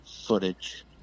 footage